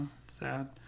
sad